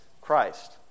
Christ